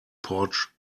porch